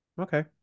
okay